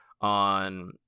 on